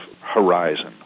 horizon